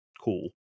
cool